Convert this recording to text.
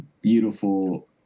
beautiful